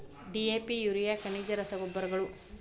DAP urea ಖನಿಜ ರಸಗೊಬ್ಬರಗಳು